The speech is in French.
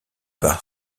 par